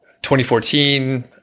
2014